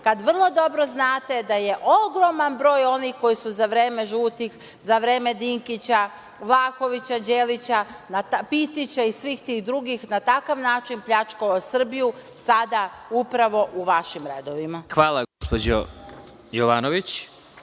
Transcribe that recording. kad vrlo dobro znate da je ogroman broj onih koji su za vreme žutih, za vreme Dinkića, Vlahovića, Đelića, Pitića i svih drugih, na takav način pljačkali Srbiju, sada upravo u vašim redovima. **Vladimir Marinković**